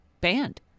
banned